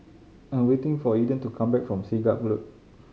I am waiting for Eden to come back from Siglap Road